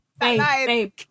babe